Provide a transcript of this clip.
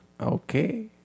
Okay